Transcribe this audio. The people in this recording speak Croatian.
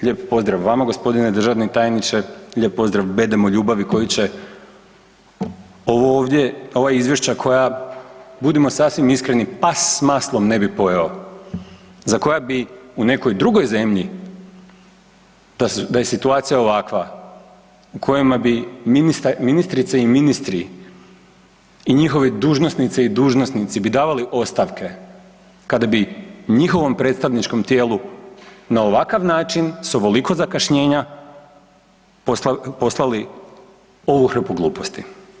Lijepo pozdrav vama, g. državni tajniče, lijep pozdrav bedemu ljubavi koji će ovo ovdje, ova izvješća koja budim sasvim iskreni, pas s maslom ne bi pojeo, za koja bi u nekoj drugoj zemlji, da je situacija ovakva, u kojima bi ministrice i ministri i njihovi dužnosnice i dužnosnice davali ostavke kada bi njihovom predstavničkom tijelu na ovakav način, s ovoliko zakašnjenja poslali ovu hrpu gluposti.